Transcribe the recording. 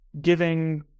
giving